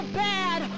bad